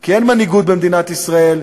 כי אין מנהיגות במדינת ישראל,